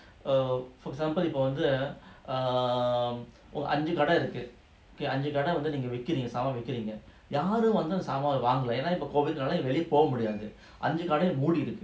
err for example இப்போவந்து:ipo vandhu err அஞ்சுகடஇருக்குஅஞ்சுகடைவந்துநீங்கவிக்கிறீங்கசாமான்விக்கிறீங்கயாருவந்துஅதுலசாமான்வாங்கலாம்எனாஇப்போ:anju kada iruku anju kada vandhu neenga vekkireenga saman vikkirenga yaru vandhu adhula saman vangalam yen ipo COVID NALA வெளியபோகமுடியாதுஅஞ்சுகடையும்மூடிஇருக்கு:veliya poga mudiathu anji kadayum moodi iruku